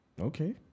Okay